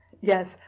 yes